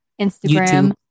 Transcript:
Instagram